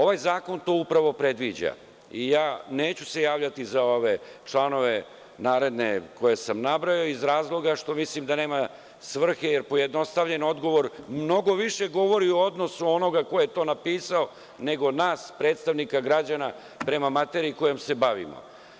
Ovaj zakon to upravo predviđa i neću se javljati za ove članove naredne koje sam nabrojao iz razloga što mislim da nema svrhe, jer pojednostavljen odgovor mnogo više govori o odnosu onoga ko je to napisao nego nas predstavnika građana prema materiji kojom se bavimo.